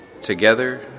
together